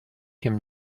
him